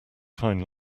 find